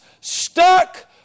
stuck